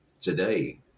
Today